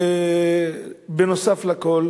ובנוסף לכול